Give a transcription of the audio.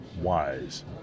wise